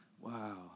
Wow